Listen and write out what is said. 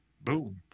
Boom